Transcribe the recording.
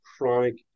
chronic